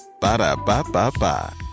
Ba-da-ba-ba-ba